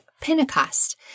Pentecost